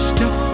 Step